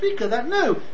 no